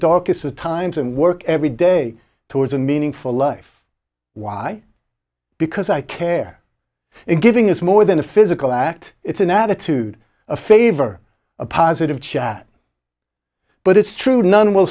of times and work every day towards a meaningful life why because i care and giving is more than a physical act it's an attitude a favor a positive chat but it's true none will